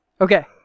Okay